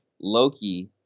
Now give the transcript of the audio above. Loki